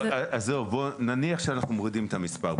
לא, אז זהו נניח שאנחנו מורידים את המספר.